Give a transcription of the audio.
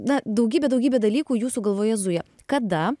na daugybė daugybė dalykų jūsų galvoje zuja kada